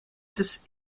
des